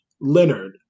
Leonard